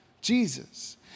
Jesus